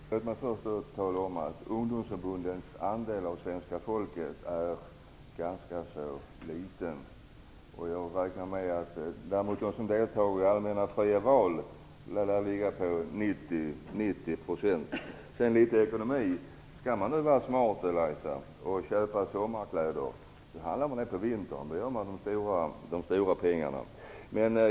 Herr talman! Jag vill först tala om att ungdomsförbundens andel av svenska folket är ganska liten. Andelen människor som deltar i allmänna och fria val lär däremot uppgå till ca 90 %. Sedan några ord om ekonomi. Om man är smart, Elisa Abascal Reyes, köper man sommarkläder på vintern. Då spar man mycket pengar.